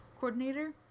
coordinator